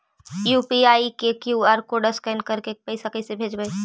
UPI के QR code scan करके पैसा कैसे भेजबइ?